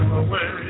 away